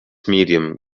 medium